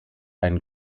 ein